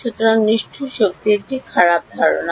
সুতরাং নিষ্ঠুর শক্তি একটি খারাপ ধারণা